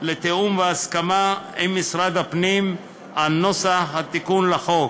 לתיאום והסכמה עם משרד הפנים על נוסח התיקון לחוק.